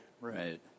Right